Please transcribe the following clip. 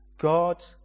God